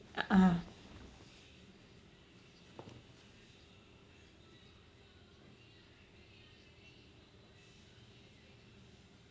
ah